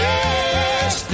Yes